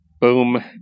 boom